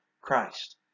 Christ